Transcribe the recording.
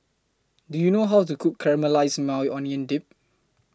Do YOU know How to Cook Caramelized Maui Onion Dip